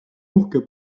uhke